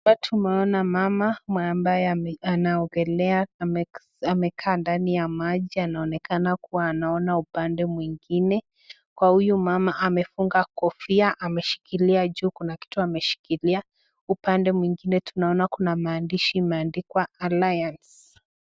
Hapa tunaona mama ambae anaogelea amekaa ndani ya maji anaonekana kuwa anaona upande mwingine. Kwa huyu mama amefunga kofia ameshikilia juu kuna kitu ameshikilia, upande mwingine tunaona kuna maandishi imeandikwa [alliance]